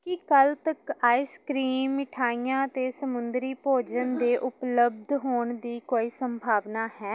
ਕੀ ਕੱਲ੍ਹ ਤੱਕ ice cream ਮਿਠਾਈਆਂ ਅਤੇ ਸਮੁੰਦਰੀ ਭੋਜਨ ਦੇ ਉਪਲੱਬਧ ਹੋਣ ਦੀ ਕੋਈ ਸੰਭਾਵਨਾ ਹੈ